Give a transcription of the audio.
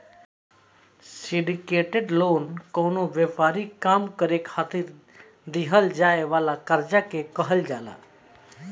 syndicated loan कवनो व्यापारिक काम करे खातिर दीहल जाए वाला कर्जा के कहल जाला